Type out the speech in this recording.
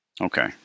Okay